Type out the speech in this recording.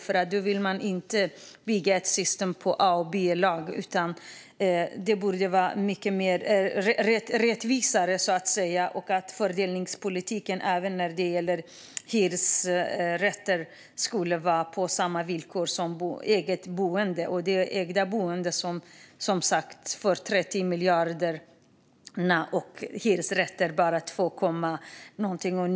Vi vill inte bygga ett system med A-lag och B-lag, utan det borde vara mycket rättvisare. Fördelningspolitiken när det gäller hyresrätter borde vara på samma villkor som den för ägt boende. Det ägda boendet får som sagt 30 miljarder, men hyresrätter får bara drygt 2 miljarder.